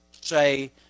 Say